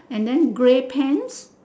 and then grey pants